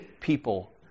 people